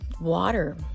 water